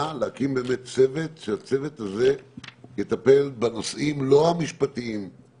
להקים באמת צוות שיטפל בנושאים לא המשפטיים,